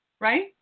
right